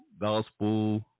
gospel